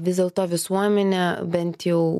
vis dėlto visuomenė bent jau